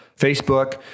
Facebook